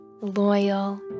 loyal